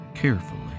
carefully